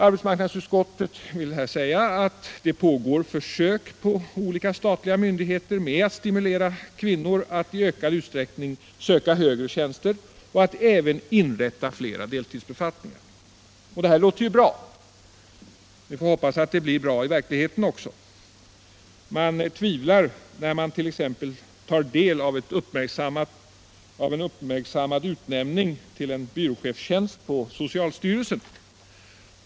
Arbetsmarknadsutskottet vill framhålla att det pågår försök inom olika statliga myndigheter att stimulera kvinnor att i ökad utsträckning söka högre tjänster, och man försöker också inrätta fler deltidsbefattningar. Det här låter ju bra, och vi får hoppas att det blir bra i verkligheten också. Man kan tvivla när man exempelvis tar del av en uppmärksammad utnämning till en byråchefstjänst i socialstyrelsen.